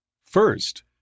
First